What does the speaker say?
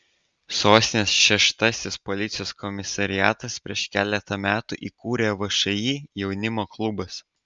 sostinės šeštasis policijos komisariatas prieš keletą metų įkūrė všį jaunimo klubas